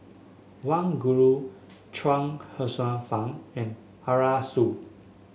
Wang Gungwu Chuang Hsueh Fang and Arasu